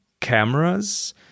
cameras